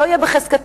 שלא יהיה בחזקתה,